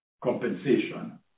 compensation